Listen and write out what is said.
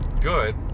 good